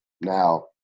now